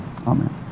Amen